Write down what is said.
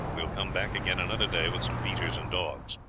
we will come back again another day with some beaters and dogs